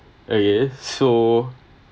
okay so